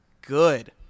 good